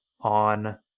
on